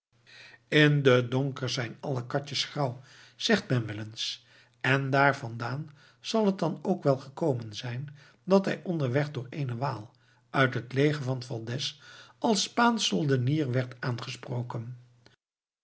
in den donker zijn alle katjes grauw zegt men wel eens en daar vandaan zal het dan ook wel gekomen zijn dat hij onderweg door eenen waal uit het leger van valdez als spaansch soldenier werd aangesproken